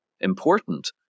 important